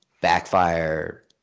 backfire